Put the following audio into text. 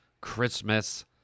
Christmas